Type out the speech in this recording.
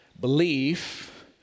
Belief